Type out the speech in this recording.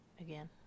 Again